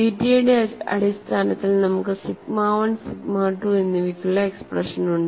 തീറ്റയുടെ അടിസ്ഥാനത്തിൽ നമുക്ക് സിഗ്മ 1 സിഗ്മ 2 എന്നിവയ്ക്കുള്ള എക്സ്പ്രഷൻ ഉണ്ട്